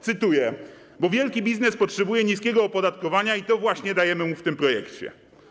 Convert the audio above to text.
Cytuję: „Bo wielki biznes potrzebuje niskiego opodatkowania i to właśnie dajemy mu w tym projekcie”